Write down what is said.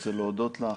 אני רוצה להודות לך.